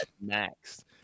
max